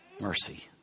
mercy